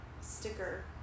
sticker